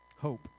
Hope